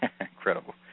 Incredible